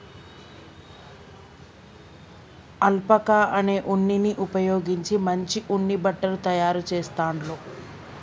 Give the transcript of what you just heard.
alpaca అనే ఉన్నిని ఉపయోగించి మంచి ఉన్ని బట్టలు తాయారు చెస్తాండ్లు